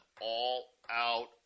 all-out